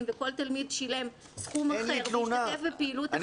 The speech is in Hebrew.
וכל תלמיד שילם סכום אחר ופעילות אחרת,